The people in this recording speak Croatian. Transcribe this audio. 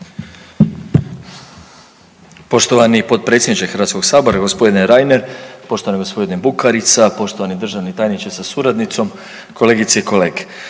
Poštovani potpredsjedniče Hrvatskoga sabora gospodine Reiner, poštovani gospodine Bukarica, poštovani državni tajniče sa suradnicom, kolegice i kolege.